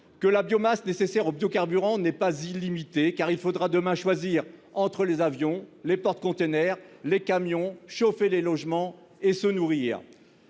que la biomasse nécessaire aux biocarburants n'est pas illimitée, car il faudra demain choisir entre les avions, les porte-containers, les camions, le chauffage des logements et se nourrir.